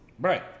right